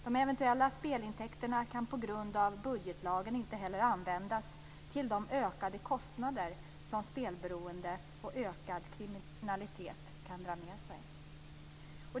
De eventuella spelintäkterna kan på grund av budgetlagen inte heller användas till de ökade kostnader som spelberoende och ökad kriminalitet kan dra med sig.